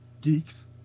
geeks